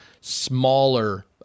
smaller